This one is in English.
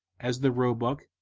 as the roebuck,